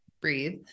breathe